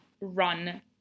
run